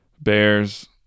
Bears